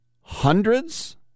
Hundreds